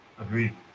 Agreed